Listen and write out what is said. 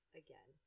again